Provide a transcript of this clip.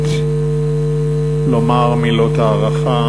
שטרית לומר מילות הערכה